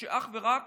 אך ורק